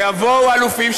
שיבואו אלופים,